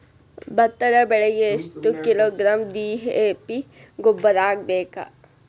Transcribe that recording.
ಭತ್ತದ ಬೆಳಿಗೆ ಎಷ್ಟ ಕಿಲೋಗ್ರಾಂ ಡಿ.ಎ.ಪಿ ಗೊಬ್ಬರ ಹಾಕ್ಬೇಕ?